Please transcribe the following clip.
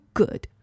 good